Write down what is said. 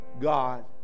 God